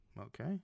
Okay